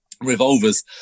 revolvers